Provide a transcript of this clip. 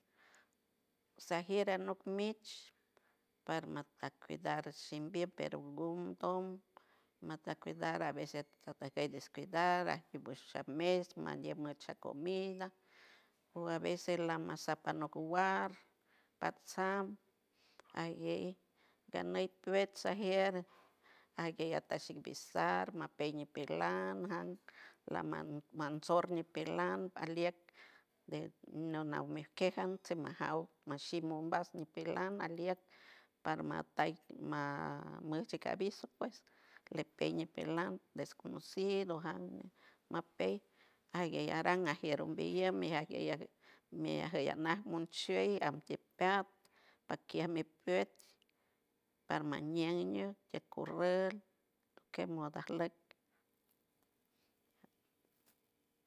Sajer anop mitch por mat at cuidado shimbiem pero gum dom mat at cuida a veces at veces cuidar aj much mes mandien mach comida o a veces lamasapa no wuar patsam alguey ganey pet sagier aguey at chipisar mapey nepilan manjan na lama nansor nepilan aliec ne no naw miquejan majaw machim mombas nepilan aliet par matai maa aviso pues lepen nepilan desconocido jan mapey aguey aran, ajier umbeyem, ajier me ajiey anaw munchew atiem pay, paquie me piet par mañagan tocorrew que at mes lek.